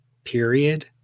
Period